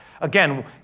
Again